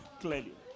clearly